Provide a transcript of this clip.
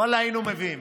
ואללה, היינו מביאים.